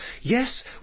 Yes